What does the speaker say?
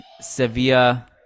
Sevilla